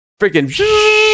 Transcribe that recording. freaking